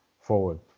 forward